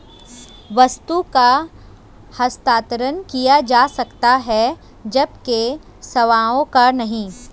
वस्तु का हस्तांतरण किया जा सकता है जबकि सेवाओं का नहीं